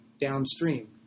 downstream